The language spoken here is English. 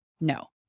no